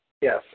yes